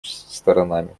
сторонами